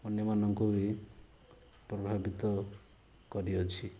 ଅନ୍ୟମାନଙ୍କୁ ବି ପ୍ରଭାବିତ କରିଅଛି